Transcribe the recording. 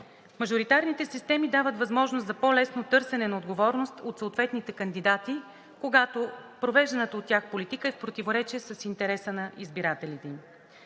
Мажоритарните системи дават възможност за по-лесно търсене на отговорност от съответните кандидати, когато провежданата от тях политика е в противоречие с интереса на избирателите